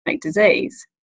disease